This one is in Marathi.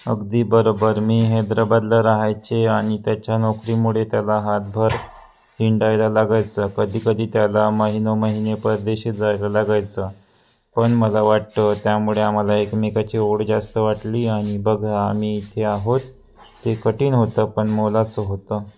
अगदी बरोबर मी हैदराबादला राहायचे आणि त्याच्या नोकरीमुळे त्याला हातभर हिंडायला लागायचं कधीकधी त्याला महिनोमहिने परदेशी जायला लागायचं पण मला वाटतं त्यामुळे आम्हाला एकमेकांची ओढ जास्त वाटली आणि बघा आम्ही इथे आहोत ते कठीण होतं पण मोलाचं होतं